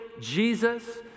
Jesus